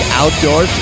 outdoor